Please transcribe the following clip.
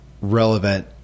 relevant